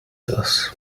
das